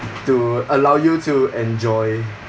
to allow you to enjoy